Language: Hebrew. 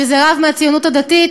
רב מהציונות הדתית,